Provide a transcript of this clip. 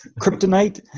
kryptonite